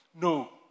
No